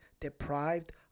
deprived